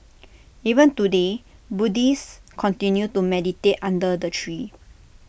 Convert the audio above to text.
even today Buddhists continue to meditate under the tree